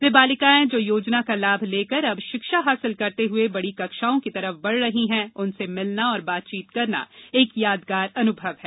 वे बालिकाएं जो योजना का लाभ लेकर अब शिक्षा हासिल करते हुए बड़ी कक्षाओं की तरफ बढ़ रही हैं उनसे मिलना और बातचीत करना एक यादगार अनुभव है